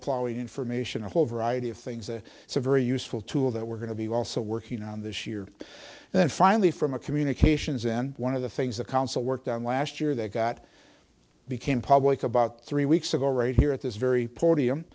snowplow information a whole variety of things and so very useful tool that we're going to be also working on this year and finally from a communications in one of the things the council worked on last year that got became public about three weeks ago right here at this very po